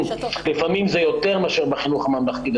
זה יותר לפעמים מאשר בחינוך הממלכתי.